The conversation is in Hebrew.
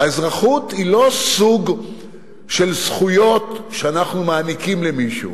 האזרחות היא לא סוג של זכויות שאנחנו מעניקים למישהו,